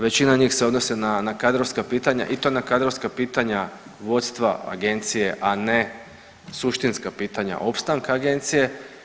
Većina njih se odnose na kadrovska pitanja i to na kadrovska pitanja vodstva Agencije, a ne suštinska pitanja opstanka agencije.